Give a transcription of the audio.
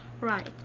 Right